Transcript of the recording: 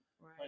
Right